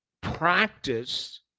practice